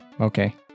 Okay